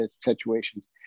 situations